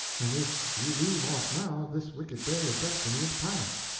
and if ye leave off now, this wicked day of destiny is past.